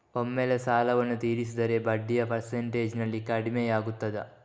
ಒಮ್ಮೆಲೇ ಸಾಲವನ್ನು ತೀರಿಸಿದರೆ ಬಡ್ಡಿಯ ಪರ್ಸೆಂಟೇಜ್ನಲ್ಲಿ ಕಡಿಮೆಯಾಗುತ್ತಾ?